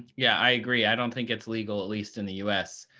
yeah, i agree. i don't think it's legal, at least in the us.